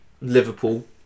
Liverpool